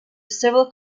civil